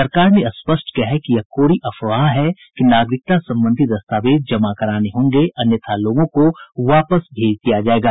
सरकार ने स्पष्ट किया कि यह कोरी अफवाह है कि नागरिकता संबंधी दस्तावेज जमा कराने होंगे अन्यथा लोगों को वापस भेज दिया जाएगा